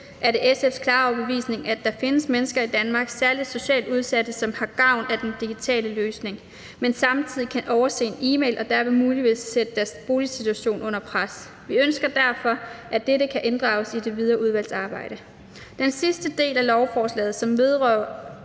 er det SF's klare overbevisning, at der findes mennesker i Danmark, særlig socialt udsatte, som har gavn af den digitale løsning, men som samtidig kan overse en e-mail, og derved muligvis sætte deres boligsituation under pres. Vi ønsker derfor, at dette kan inddrages i det videre udvalgsarbejde. Den sidste del af lovforslaget, som vedrører